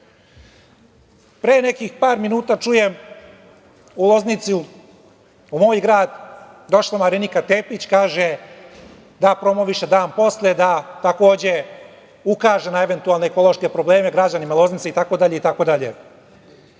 nekih par minuta čujem, u Loznicu, u moj grad došla Marinika Tepić, kaže da promoviše dan posle, da takođe ukaže na eventualne ekološke probleme građanima Loznice itd,